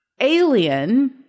Alien